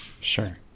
Sure